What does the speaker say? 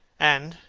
and,